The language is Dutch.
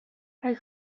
hij